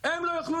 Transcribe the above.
לא אחד,